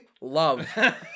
Love